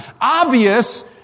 Obvious